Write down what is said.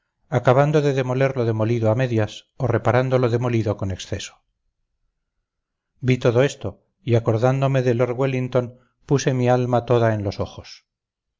acabando de demoler lo demolido a medias o reparando lo demolido con exceso vi todo esto y acordándome de lord wellington puse mi alma toda en los ojos